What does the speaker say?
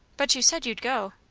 but you said you'd go?